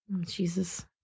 Jesus